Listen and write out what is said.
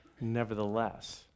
Nevertheless